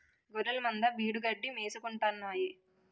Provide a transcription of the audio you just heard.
గొఱ్ఱెలమంద బీడుగడ్డి మేసుకుంటాన్నాయి